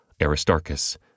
Aristarchus